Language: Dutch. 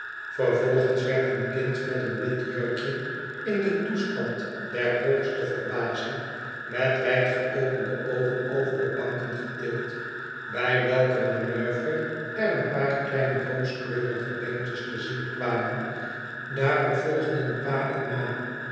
vervolgens werd een kind met een wit jurkje in den toestand der hoogste verbazing met wijd geopende oogen over de banken getild bij welke manoeuvre er een paar kieine rooskleurige beentjes te zien kwamen daarop volgden pa en ma